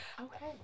Okay